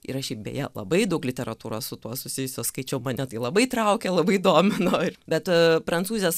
yra šiaip beje labai daug literatūros su tuo susijusios skaičiau mane tai labai traukė labai domino ir bet prancūzės